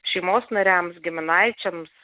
šeimos nariams giminaičiams